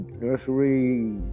nursery